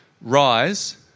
rise